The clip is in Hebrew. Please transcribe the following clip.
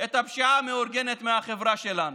את הפשיעה המאורגנת מהחברה שלנו.